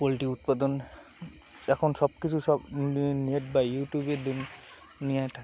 poultry উৎপাদন এখন সব কিছু সব নেট বা ইউটিউবের দ নিয়ে থাক